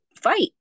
fight